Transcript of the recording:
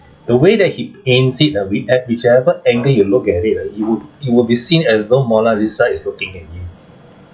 the way that he paints it ah with e~ whichever angle you look at it ah you would you would be seen as though mona lisa is looking at you